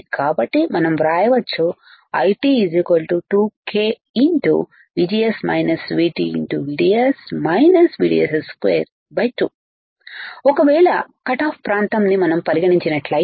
కాబట్టి మనం వ్రాయవచ్చు ID 2k VDS VDS2 2 ఒకవేళ కట్ ఆఫ్ ప్రాంతం ని మనం పరిగణించినట్లయితే